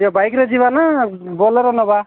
ବାଇକ୍ରେ ଯିବା ନାଁ ବୋଲେରୋ ନେବା